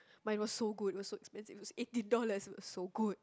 but it was so good it was so expensive it was eighteen dollars it was so good